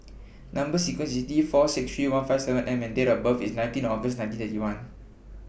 Number sequence IS T four six three one five seven M and Date of birth IS nineteenth August nineteen thirty one